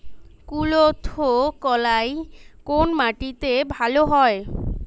কুলত্থ কলাই কোন মাটিতে ভালো হয়?